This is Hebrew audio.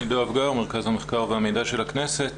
אני ממרכז המחקר והמידע של הכנסת.